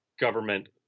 government